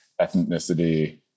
ethnicity